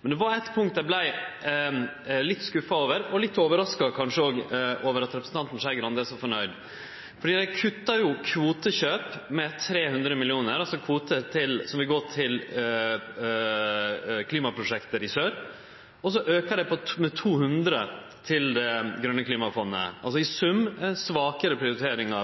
Men på eitt punkt vart eg litt skuffa, og kanskje litt overraska, over at representanten Skei Grande er så nøgd. Ein kutta jo kvotekjøp med 300 mill. kr, altså kvoter som ville gått til klimaprosjekt i sør, og så auka ein med 200 mill. kr til Det grøne klimafondet. I sum var det ei svakare prioritering